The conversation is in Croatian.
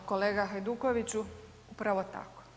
Da, kolega Hajdukoviću, upravo tako.